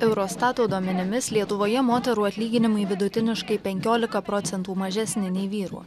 eurostato duomenimis lietuvoje moterų atlyginimai vidutiniškai penkiolika procentų mažesni nei vyrų